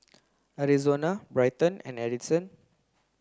Arizona Bryton and Addyson